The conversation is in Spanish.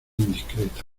indiscreto